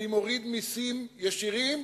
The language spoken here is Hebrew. אני מוריד מסים ישירים,